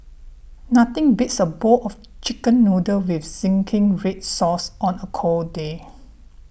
nothing beats a bowl of chicken noodle with Zingy Red Sauce on a cold day